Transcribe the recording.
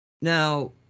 Now